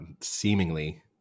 seemingly